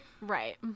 Right